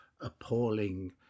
appalling